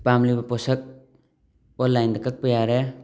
ꯄꯥꯝꯂꯤꯕ ꯄꯣꯠꯁꯛ ꯑꯣꯟꯂꯥꯏꯟꯗ ꯀꯛꯄ ꯌꯥꯔꯦ